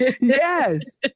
Yes